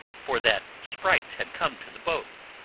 for that sprites had come to the boat,